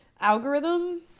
algorithm